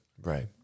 Right